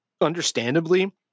understandably